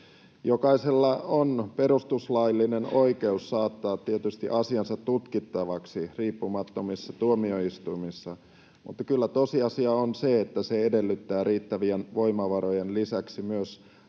Jokaisella on tietysti perustuslaillinen oikeus saattaa asiansa tutkittavaksi riippumattomissa tuomioistuimissa, mutta kyllä tosiasia on se, että se edellyttää riittävien voimavarojen lisäksi